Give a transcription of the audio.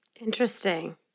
Interesting